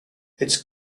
its